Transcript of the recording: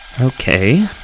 Okay